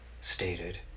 stated